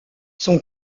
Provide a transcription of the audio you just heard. son